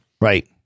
Right